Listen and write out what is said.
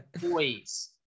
poise